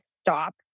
stop